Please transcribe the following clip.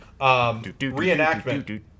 reenactment